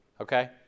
okay